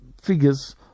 figures